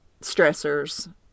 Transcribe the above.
stressors